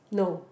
no